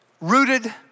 rooted